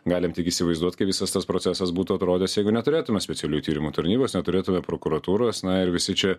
galim tik įsivaizduot kaip visas tas procesas būtų atrodęs jeigu neturėtume specialiųjų tyrimų tarnybos neturėtume prokuratūros na ir visi čia